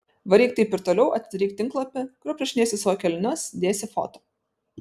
varyk taip ir toliau atsidaryk tinklapį kur aprašinėsi savo keliones dėsi foto